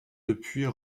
depuis